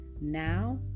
Now